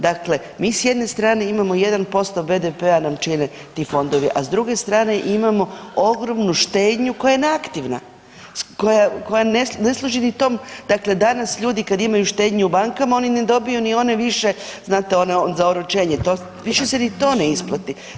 Dakle, mi s jedne strane imamo 1% BPD-a nam čine ti fondovi, a s druge strane imamo ogromnu štednju koja je neaktivna koja ne služi ni tom, dakle danas ljudi kad imaju štednju u bankama oni ne dobiju ni one više za oročenje, više se ni to ne isplati.